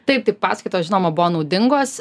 taip tai paskaitos žinoma buvo naudingos